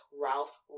Ralph